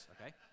okay